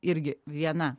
irgi viena